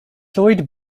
lloyd